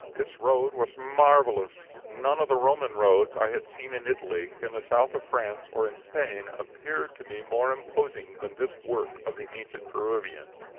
this road was marvellous none of the roman roads i had seen in italy, in the south of france, or in spain, appeared to me more imposing than this work of the ancient peruvians.